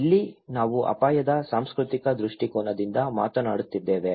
ಇಲ್ಲಿ ನಾವು ಅಪಾಯದ ಸಾಂಸ್ಕೃತಿಕ ದೃಷ್ಟಿಕೋನದಿಂದ ಮಾತನಾಡುತ್ತಿದ್ದೇವೆ